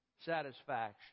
satisfaction